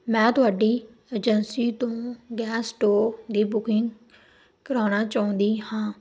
ਮੈਂ ਤੁਹਾਡੀ ਏਜੰਸੀ ਤੋਂ ਗੈਸ ਸਟੋਵ ਦੀ ਬੁਕਿੰਗ ਕਰਾਉਣਾ ਚਾਹੁੰਦੀ ਹਾਂ